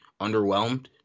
underwhelmed